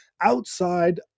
outside